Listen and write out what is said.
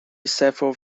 several